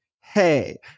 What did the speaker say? hey